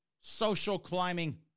social-climbing